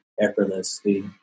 effortlessly